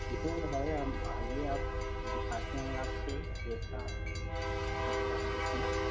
ठीके है हम आइए आप दिखाते हैं आपसे जैसा लगे आप देखिए